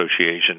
Association